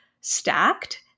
stacked